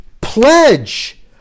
pledge